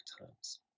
times